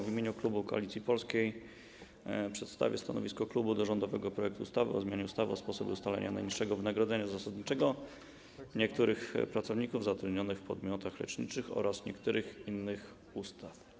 W imieniu klubu Koalicji Polskiej przedstawię stanowisko klubu wobec rządowego projektu ustawy o zmianie ustawy o sposobie ustalania najniższego wynagrodzenia zasadniczego niektórych pracowników zatrudnionych w podmiotach leczniczych oraz niektórych innych ustaw.